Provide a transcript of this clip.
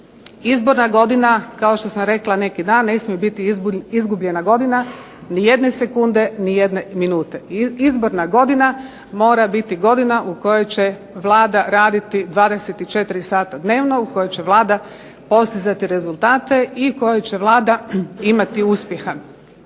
Izborna godina, kao što sam rekla neki dan, ne smije biti izgubljena godina nijedne sekunde, nijedne minute. Izborna godina mora biti godina u kojoj će Vlada raditi 24 sata dnevno, u kojoj će Vlada postizati rezultate i koji će Vlada imati uspjeha.